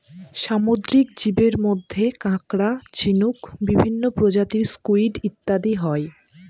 সামুদ্রিক জীবের মধ্যে কাঁকড়া, ঝিনুক, বিভিন্ন প্রজাতির স্কুইড ইত্যাদি হয়